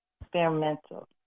experimental